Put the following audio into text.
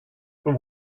from